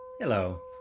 Hello